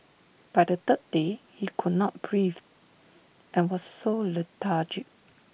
by the third day he could not breathe and was so lethargic